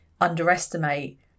underestimate